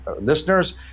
listeners